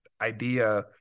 idea